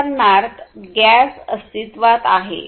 उदाहरणार्थ गॅस अस्तित्त्वात आहे